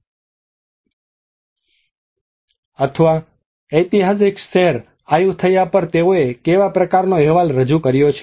અથવા એઈતિહાસિક શહેર આયુથૈયા પર તેઓએ કેવા પ્રકારનો અહેવાલ રજૂ કર્યો છે